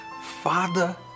Father